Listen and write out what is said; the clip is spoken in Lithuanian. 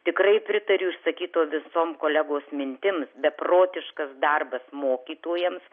tikrai pritariu išsakytom visom kolegos mintims beprotiškas darbas mokytojams